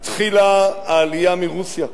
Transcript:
התחילה העלייה מרוסיה.